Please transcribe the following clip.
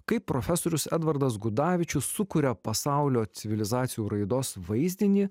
kaip profesorius edvardas gudavičius sukuria pasaulio civilizacijų raidos vaizdinį